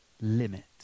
limit